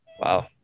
Wow